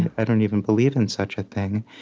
and i don't even believe in such a thing.